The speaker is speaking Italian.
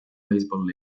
baseball